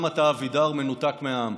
גם אתה, אבידר, מנותק מהעם.